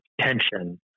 tension